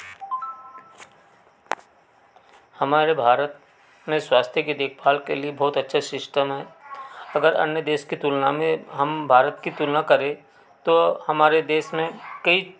हमारे भारत में स्वास्थ्य की देख भाल के लिए बहुत अच्छे सिस्टम हैं अगर अन्य देश की तुलना में हम भारत की तुलना करें तो हमारे देश में कई